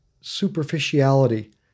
superficiality